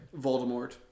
Voldemort